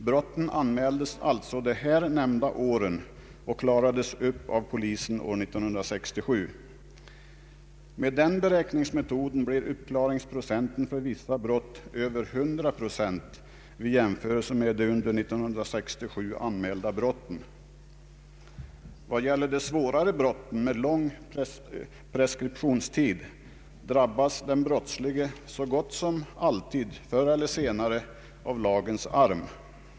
Brotten anmäldes alltså under de här nämnda åren och klarades upp av polisen år 1967. Med den beräkningsmetoden blev uppklaringsprocenten för vissa brott över 100 procent i jämförelse med de under år 1967 anmälda brotten. Vad gäller de svårare brotten med lång preskriptionstid drabbas den brottslige så gott som alltid förr eller senare av lagens arm.